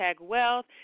wealth